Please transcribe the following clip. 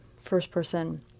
first-person